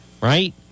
Right